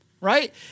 right